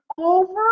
over